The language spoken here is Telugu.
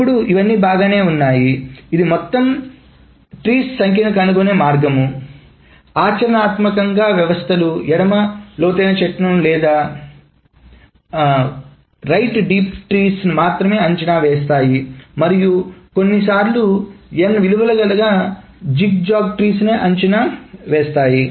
ఇప్పుడు ఇవన్నీ బాగానే ఉన్నాయి ఇది మొత్తం చెట్ల సంఖ్యను కనుగొనే మార్గం ఆచరణాత్మక వ్యవస్థలు ఎడమ లోతైన చెట్లను లేదా కుడి లోతైన చెట్లను మాత్రమే అంచనా వేస్తాయి మరియు కొన్నిసార్లు చిన్న n విలువగల జిగ్జాగ్ చెట్టును అంచనా వేస్తాయి